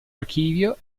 archivio